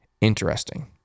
interesting